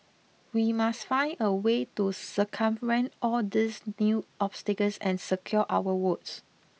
we must find a way to circumvent all these new obstacles and secure our votes